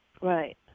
Right